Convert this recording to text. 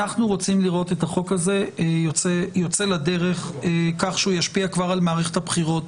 רוצים לראות את החוק הזה יוצא לדרך כך שישפיע כבר על מערכת הבחירות